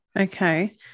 okay